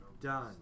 done